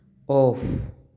off